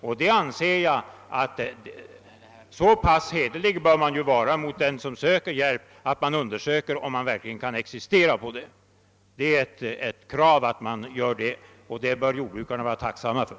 Jag anser att man bör vara så pass hederlig mot den som ansöker om hjälp att man undersöker om vederbörande verkligen kan existera på sitt jordbruk. Det är ett krav att jordbruksnämnderna skall göra detta, och det bör jordbrukarna vara tacksamma för.